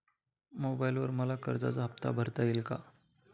मोबाइलवर मला कर्जाचा हफ्ता भरता येईल का?